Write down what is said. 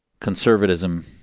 conservatism